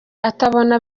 atabona